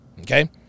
Okay